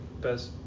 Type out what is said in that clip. best